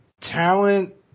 talent